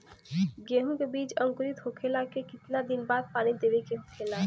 गेहूँ के बिज अंकुरित होखेला के कितना दिन बाद पानी देवे के होखेला?